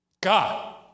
God